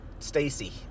Stacy